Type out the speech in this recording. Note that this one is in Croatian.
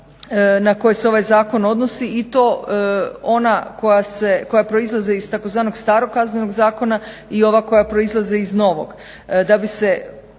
na koje se ovaj zakon odnosi i to ona koja proizlaze iz tzv. starog Kaznenog zakona i ova koja proizlaze iz novog